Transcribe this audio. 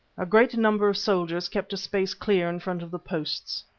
a great number of soldiers kept a space clear in front of the posts.